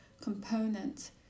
component